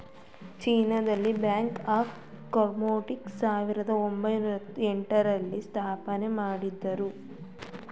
China ದಲ್ಲಿ bank of communications ಸಾವಿರದ ಒಂಬೈನೊರ ಎಂಟ ರಲ್ಲಿ ಸ್ಥಾಪನೆಮಾಡುದ್ರು